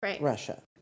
Russia